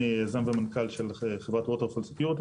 ומנכ"ל של חברת Waterfall Security,